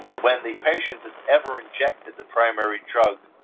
when the patient has ever injected the primary drug,